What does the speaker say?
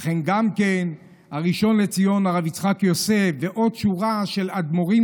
וגם הראשון לציון הרב יצחק יוסף ועוד שורה של אדמו"רים